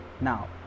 now